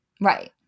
Right